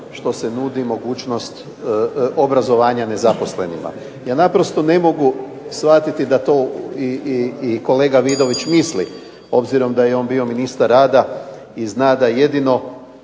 što se nudi mogućnost obrazovanja zaposlenima. Ja naprosto ne mogu shvatiti da to kolega Vidović misli, obzirom da je on bio ministar rada, i da jedino